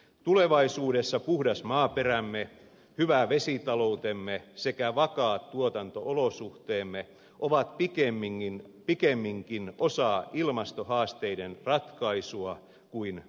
tulevaisuudessa puhdas maaperämme hyvä vesitaloutemme sekä vakaat tuotanto olosuhteemme ovat pikemminkin osa ilmastohaasteiden ratkaisua kuin ongelma